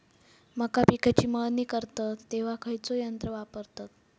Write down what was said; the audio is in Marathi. मका पिकाची मळणी करतत तेव्हा खैयचो यंत्र वापरतत?